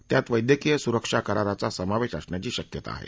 त्यात वैद्यकीय सुरक्षा कराराचा समावेश असण्याची शक्यता आहे